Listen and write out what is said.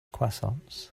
croissants